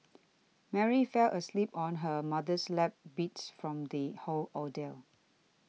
Mary fell asleep on her mother's lap beat from the whole ordeal